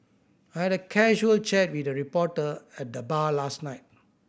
I had a casual chat with a reporter at the bar last night